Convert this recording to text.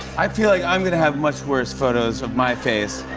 i feel like i'm going to have much worse photos of my face.